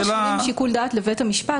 אם משאירים שיקול דעת לבית המשפט,